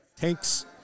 Tanks